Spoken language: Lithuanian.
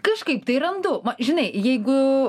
kažkaip tai randu žinai jeigu